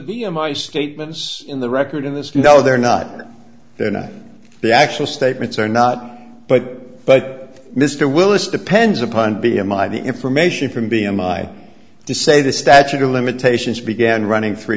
i statements in the record in this no they're not they're not the actual statements or not but but mr willis depends upon b m i the information from b m i to say the statute of limitations began running